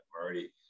already